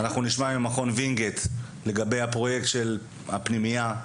נשמע ממכון וינגיט לגבי הפרויקט של הפנימייה,